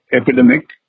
epidemic